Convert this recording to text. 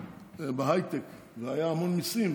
בהייטק והיו המון מיסים